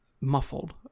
muffled